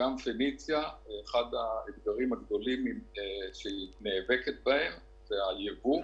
אחד האתגרים הגדולים ש"פניציה" נאבקת בהם הוא הייבוא,